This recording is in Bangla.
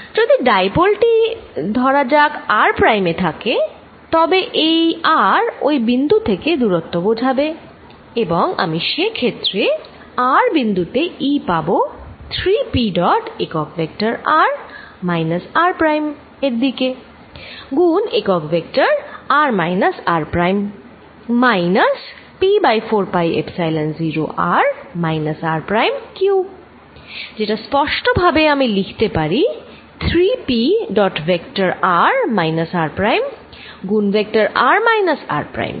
যদি ডাইপোল টি ধরা যাক r প্রাইম এ থাকে তবে এই r ওই বিন্দু থেকে দূরত্ব বোঝাবে এবং আমি সেক্ষেত্রে r বিন্দুতে E পাবো 3 p ডট একক vector r minus r prime এর দিকে গুন একক vector r minus r prime minus p by 4 pi epsilon 0 r minus r prime cubed যেটা স্পষ্টভাবে আমি লিখতে পারি 3p dot vector r minus r prime গুন vector r minus r prime